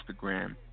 Instagram